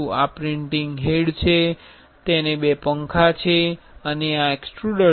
આ printing head છે તેને બે પંખા છે અને આ એક્સ્ટ્રુડર છે